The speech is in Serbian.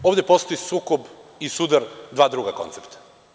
Ovde postoji sukob i sudar dva druga koncepta.